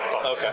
Okay